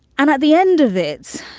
and at the end of it,